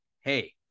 Hey